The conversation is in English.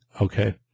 Okay